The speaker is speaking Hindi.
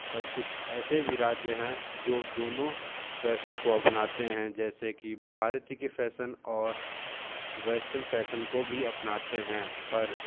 पर कुछ ऐसे भी राज्य हैं जो दोनों फ़ैशन को अपनाते हैं जैसे भारत की फ़ैशन और वेस्टर्न फ़ैशन को भी अपनाते हैं